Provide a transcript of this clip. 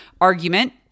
argument